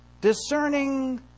Discerning